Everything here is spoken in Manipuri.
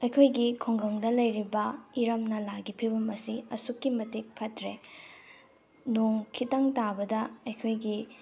ꯑꯩꯈꯣꯏꯒꯤ ꯈꯨꯡꯒꯪꯗ ꯂꯩꯔꯤꯕ ꯏꯔꯝ ꯅꯂꯥꯒꯤ ꯐꯤꯕꯝ ꯑꯁꯤ ꯑꯁꯨꯛꯀꯤ ꯃꯇꯤꯛ ꯐꯠꯇ꯭ꯔꯦ ꯅꯣꯡ ꯈꯤꯇꯪ ꯇꯥꯕꯗ ꯑꯩꯈꯣꯏꯒꯤ